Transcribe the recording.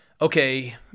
okay